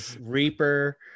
reaper